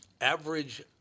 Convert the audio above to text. average